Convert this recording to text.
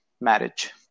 marriage